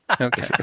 Okay